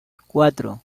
cuatro